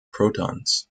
protons